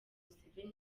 museveni